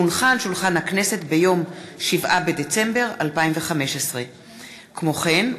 על שולחן הכנסת ב-7 בדצמבר 2015. כמו כן,